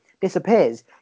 disappears